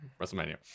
WrestleMania